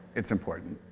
it's important.